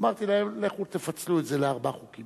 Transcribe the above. אמרתי להם, לכו תפצלו את זה לארבעה חוקים.